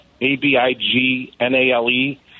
A-B-I-G-N-A-L-E